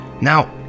Now